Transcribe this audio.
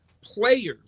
players